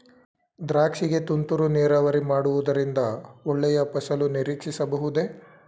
ದ್ರಾಕ್ಷಿ ಗೆ ತುಂತುರು ನೀರಾವರಿ ಮಾಡುವುದರಿಂದ ಒಳ್ಳೆಯ ಫಸಲು ನಿರೀಕ್ಷಿಸಬಹುದೇ?